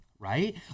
right